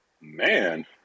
man